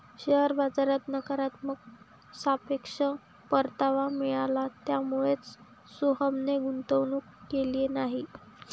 share बाजारात नकारात्मक सापेक्ष परतावा मिळाला, त्यामुळेच सोहनने गुंतवणूक केली नाही